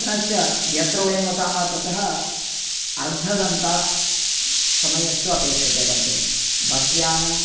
पुनश्च यत्र वयं वसामः ततः अर्धघण्टासमयस्तु अपेक्षते गन्तुं बस् यानं